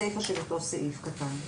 בסיפא של אותו סעיף קטן: